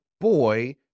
boy